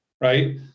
Right